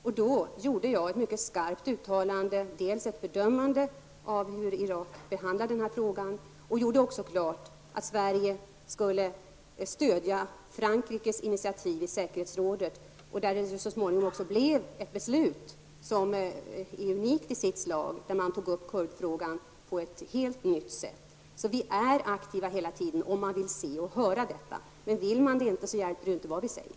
Jag gjorde då ett mycket skarpt uttalande. Det gällde ett fördömande av hur Irak behandlar den här frågan. Jag gjorde också klart att Sverige skall stödja Frankrikes initiativ i säkerhetsrådet, där det så småningom blev ett beslut som är unikt i sitt slag där man tog upp kurdfrågan på ett helt nytt sätt. Vi är aktiva hela tiden om man vill se och höra detta. Vill man inte det, hjälper det inte vad vi säger.